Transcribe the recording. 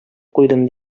куйдым